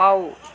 wow